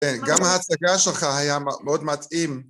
כן, גם ההצגה שלך היה מאוד מתאים.